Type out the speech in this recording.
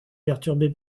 perturbée